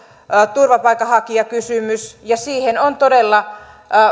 turvapaikanhakijakysymys ja siihen on todella